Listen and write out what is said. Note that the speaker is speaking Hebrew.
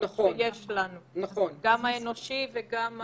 2 נגד, 4 נמנעים, אין ההסתייגות לא נתקבלה.